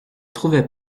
trouvait